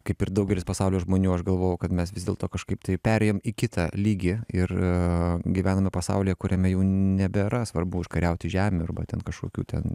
kaip ir daugelis pasaulio žmonių aš galvojau kad mes vis dėlto kažkaip tai perėjom į kitą lygį ir gyvename pasaulyje kuriame jau nebėra svarbu užkariauti žemių arba ten kažkokių ten